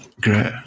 Great